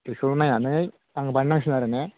बेखौबो नायनानै आं बानाय नांसिगोन आरो ने